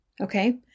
okay